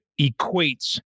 equates